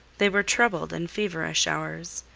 they were troubled and feverish hours,